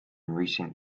recent